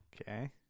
okay